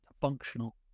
functional